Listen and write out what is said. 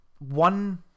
One